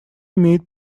имеет